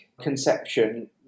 conception